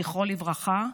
זכרו לברכה,